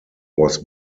was